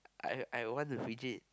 I I want to fidget